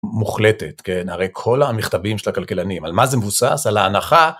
מוחלטת כן? הרי כל המכתבים של הכלכלנים על מה זה מבוסס על ההנחה.